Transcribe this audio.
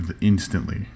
instantly